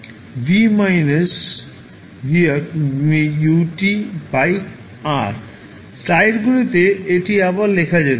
স্লাইডগুলিতে এটি আবার লেখা যেতে পারে